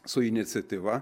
su iniciatyva